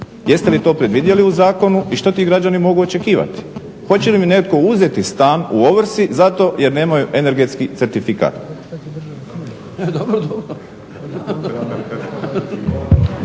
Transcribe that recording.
Jeste li to predvidjeli u zakonu i što ti građani mogu očekivati? Hoće li im netko uzeti stan u ovrsi zato jer nemaju energetski certifikat?